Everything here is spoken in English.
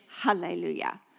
hallelujah